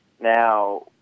Now